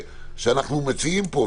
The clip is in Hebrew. שאנחנו מציעים פה,